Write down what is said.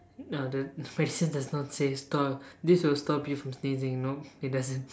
nah the medicine doesn't say stop this will stop you from sneezing no it doesn't